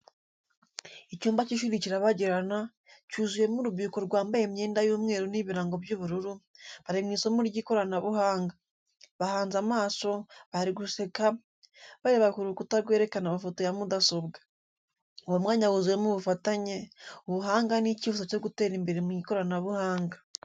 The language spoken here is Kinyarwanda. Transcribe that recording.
Icyumba cy’ishuri kirabagirana, cyuzuyemo urubyiruko rwambaye imyenda y’umweru n’ibirango by’ubururu, bari mu isomo ry’ikoranabuhanga. Bahanze amaso, bari guseka, bareba ku rukuta rwerekana amafoto ya mudasobwa. Uwo mwanya wuzuyemo ubufatanye, ubuhanga, n’icyifuzo cyo gutera imbere mu ikoranabuhanga.